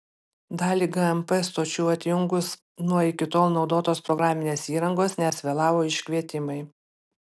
dalį gmp stočių atjungus nuo iki tol naudotos programinės įrangos nes vėlavo iškvietimai